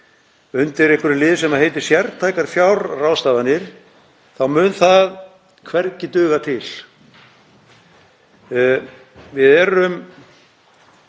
undir lið sem heitir Sértækar fjárráðstafanir, þá mun það hvergi duga til. Við eigum